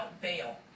bail